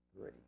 three